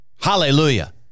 hallelujah